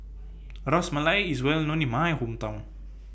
Ras Malai IS Well known in My Hometown